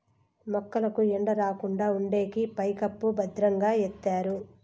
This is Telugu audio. మొక్కలకు ఎండ రాకుండా ఉండేకి పైకప్పు భద్రంగా ఎత్తారు